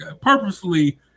Purposely